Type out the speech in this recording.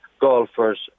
golfers